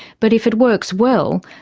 but if it works well,